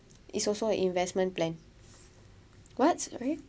it's also a investment plan what sorry